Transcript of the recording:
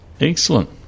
Excellent